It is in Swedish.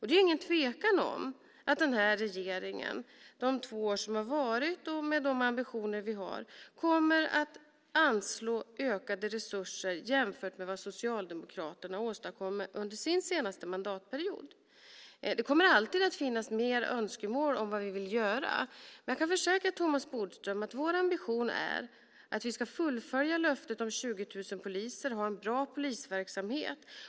Det är ingen tvekan om att den här regeringen, med tanke på de två år som har varit och de ambitioner vi har, kommer att ha anslagit ökade resurser jämfört med vad Socialdemokraterna åstadkom under sin senaste mandatperiod. Det kommer alltid att finnas önskemål om vad vi ska göra. Men jag kan försäkra Thomas Bodström om att vår ambition är att vi ska fullfölja löftet om 20 000 poliser och ha en bra polisverksamhet.